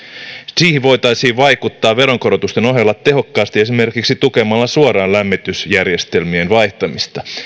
siihen voitaisiin vaikuttaa veronkorotusten ohella tehokkaasti esimerkiksi tukemalla suoraan lämmitysjärjestelmien vaihtamista